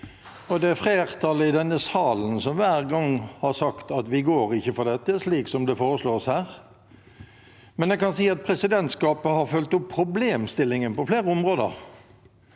det er flertallet i denne salen som hver gang har sagt at vi ikke går for dette slik som det foreslås her. Men jeg kan si at presidentskapet har fulgt opp problemstillingen på flere områder.